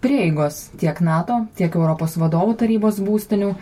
prieigos tiek nato tiek europos vadovų tarybos būstinių